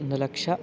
ಒಂದು ಲಕ್ಷ